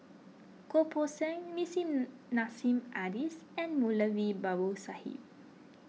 Goh Poh Seng Nissim Nassim Adis and Moulavi Babu Sahib